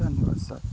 ଧନ୍ୟବାଦ ସାର୍